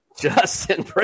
Justin